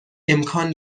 امکان